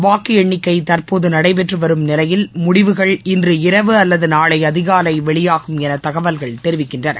வாக்கு எண்ணிக்கை தற்போது நடைபெற்று வரும் நிலையில் முடிவுகள் இன்று இரவு அல்லது நாளை அதிகாலை வெளியாகும் என தகவல்கள் தெரிவிக்கின்றன